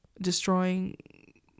Destroying